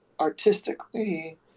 artistically